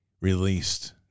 released